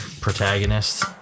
protagonist